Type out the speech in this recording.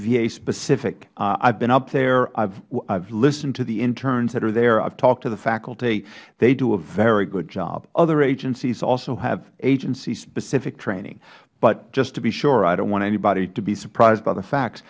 va specific i have been up there i have listened to the interns that are there i have talked to the faculty they do a very good job other agencies also have agency specific training but just to be sure i dont want anybody to be surprised by the fact